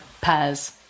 pairs